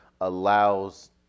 allows